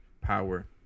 power